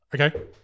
Okay